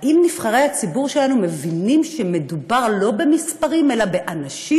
האם נבחרי הציבור שלנו מבינים שמדובר לא במספרים אלא באנשים?